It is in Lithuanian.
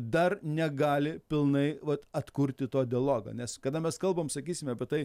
dar negali pilnai vat atkurti to dialogo nes kada mes kalbam sakysim apie tai